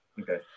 Okay